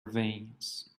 veins